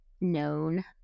known